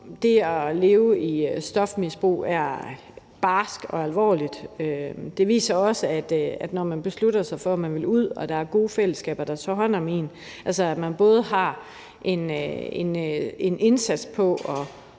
det at leve med et stofmisbrug er barsk og alvorlig. Den viser også, at når man beslutter sig for, at man vil ud af det, og der er gode fællesskaber, der tager hånd om en – altså at man både har en indsats i